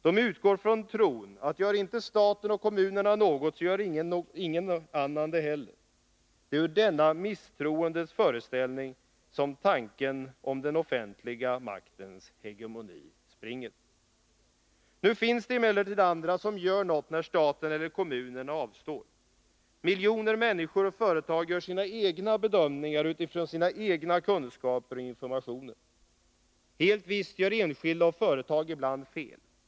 De utgår från tron att gör inte staten och kommunerna något så gör ingen annan det heller. Det är ur denna misstroendets föreställning som tanken om den offentliga maktens hegemoni springer. Nu finns det emellertid andra som gör något när staten eller kommunerna avstår. Miljoner människor och företag gör sina egna bedömningar utifrån sina egna kunskaper och informationer. Helt visst gör enskilda och företag ibland fel.